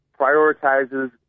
prioritizes